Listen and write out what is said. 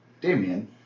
Damien